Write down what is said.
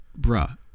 bruh